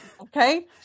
Okay